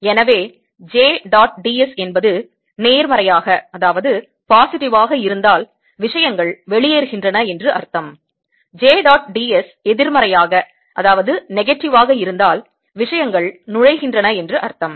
எனவே j dot d s என்பது நேர்மறையாக இருந்தால் விஷயங்கள் வெளியேறுகின்றன என்று அர்த்தம் J dot d s எதிர்மறையாக இருந்தால் விஷயங்கள் நுழைகின்றன என்று அர்த்தம்